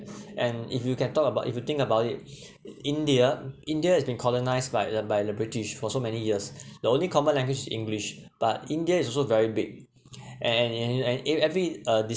and if you can talk about if you think about it india india has been colonised by the by the british for so many years the only common language english but india is also very big and in in in every uh